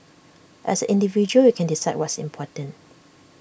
as an individual you can decide what's important